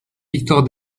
victoire